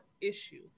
issue